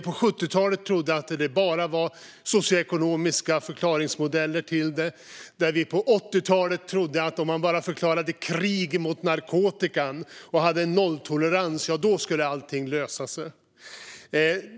På 70-talet trodde vi att det bara fanns socioekonomiska förklaringsmodeller till detta, och på 80-talet trodde vi att om man bara förklarade krig mot narkotikan och hade nolltolerans skulle allting lösa sig.